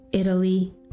Italy